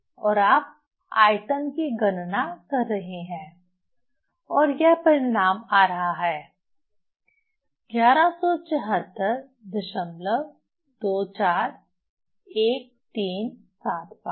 और आप आयतन की गणना कर रहे हैं और यह परिणाम आ रहा है 1174241375